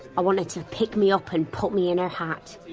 i want her to pick me up and put me in her hat.